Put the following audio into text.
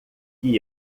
que